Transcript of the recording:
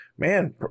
man